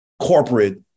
corporate